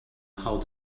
how